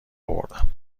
اوردم